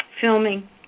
filming